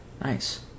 Nice